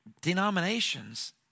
denominations